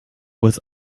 was